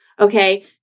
Okay